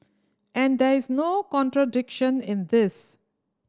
and there is no contradiction in this